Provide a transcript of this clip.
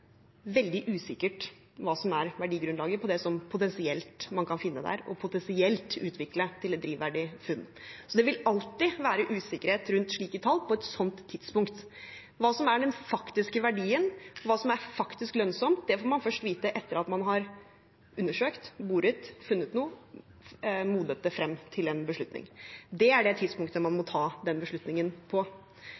veldig usikkert hva som er verdigrunnlaget i det man potensielt kan finne der, og potensielt utvikle til et drivverdig funn, så det vil alltid være usikkerhet rundt slike tall på et sånt tidspunkt. Hva som er den faktiske verdien, hva som faktisk er lønnsomt, får man først vite etter at man har undersøkt, boret, funnet noe – modnet det frem til en beslutning. Det er det tidspunktet man må